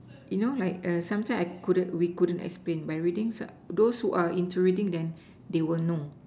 you know like err sometimes I couldn't we couldn't explain by readings ah those who are into readings then they will know